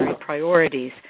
priorities